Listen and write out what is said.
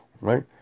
right